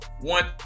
one